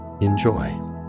Enjoy